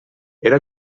era